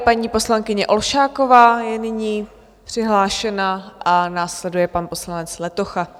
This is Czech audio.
Paní poslankyně Olšáková je nyní přihlášena a následuje pan poslanec Letocha.